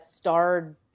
starred